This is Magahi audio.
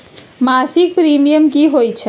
मासिक प्रीमियम की होई छई?